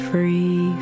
Free